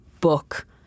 book